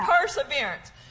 Perseverance